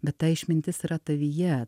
bet ta išmintis yra tavyje